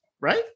Right